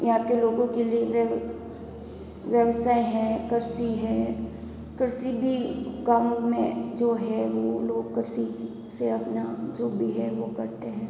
यहाँ के लोगों के लिए व्यवसाय हैं कृषि है कृषि भी काम में जो है वो लोग कृषि से अपना जो भी है वी करते हैं